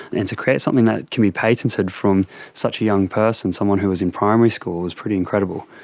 and to create something that could be patented from such a young person, someone who is in primary school, is pretty incredible.